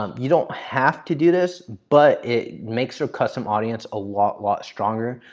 um you don't have to do this. but it makes your custom audience a lot lot stronger.